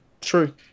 True